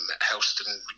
Helston